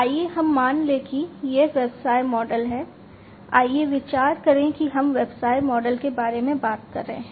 आइए हम मान लें कि यह व्यवसाय मॉडल है आइए विचार करें कि हम व्यवसाय मॉडल के बारे में बात कर रहे हैं